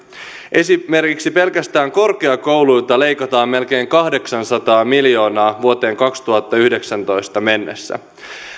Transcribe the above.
esimerkiksi pelkästään korkeakouluilta leikataan melkein kahdeksansataa miljoonaa vuoteen kaksituhattayhdeksäntoista mennessä